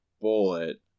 bullet